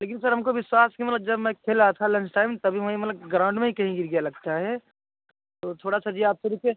लेकिन सर हमको विश्वास का मतलब जब मैं खेल रहा था लंच टाइम तभी वहीं मतलब ग्राउंड में ही कहीं गिर गया लगता है तो थोड़ा सर जी आप उसे देखें